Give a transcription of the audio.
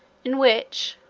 in which,